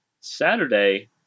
Saturday